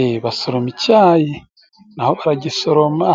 Ee basoroma icyayi! Naho baragisoroma